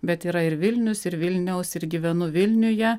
bet yra ir vilnius ir vilniaus ir gyvenu vilniuje